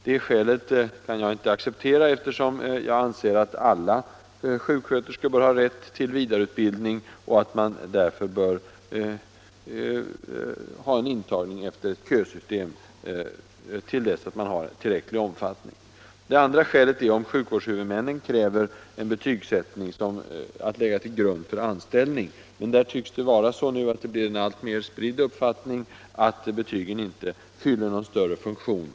Det skälet kan jag inte acceptera, eftersom jag anser att alla sjuksköterskor bör ha rätt till vidareutbildning och att man därför bör ha en intagning efter ett kösystem till dess man har tillräcklig omfattning. Det andra skälet skulle vara att sjukvårdshuvudmännen kräver en be ” tygsättning att lägga till grund för anställning. Men det tycks nu bli en alltmer spridd uppfattning att betygen inte fyller någon större funktion.